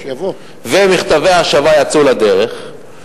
ומכתבי השבה יצאו לדרך,